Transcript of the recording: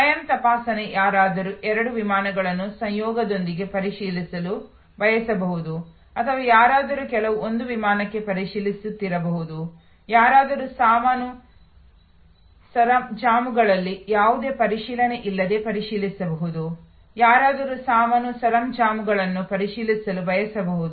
ಸ್ವಯಂ ತಪಾಸಣೆ ಯಾರಾದರೂ ಎರಡು ವಿಮಾನಗಳನ್ನು ಸಂಯೋಗದೊಂದಿಗೆ ಪರಿಶೀಲಿಸಲು ಬಯಸಬಹುದು ಅಥವಾ ಯಾರಾದರೂ ಕೇವಲ ಒಂದು ವಿಮಾನಕ್ಕಾಗಿ ಪರಿಶೀಲಿಸುತ್ತಿರಬಹುದು ಯಾರಾದರೂ ಸಾಮಾನು ಸರಂಜಾಮುಗಳಲ್ಲಿ ಯಾವುದೇ ಪರಿಶೀಲನೆ ಇಲ್ಲದೆ ಪರಿಶೀಲಿಸಬಹುದು ಯಾರಾದರೂ ಸಾಮಾನು ಸರಂಜಾಮುಗಳನ್ನು ಪರಿಶೀಲಿಸಲು ಬಯಸಬಹುದು